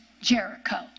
Jericho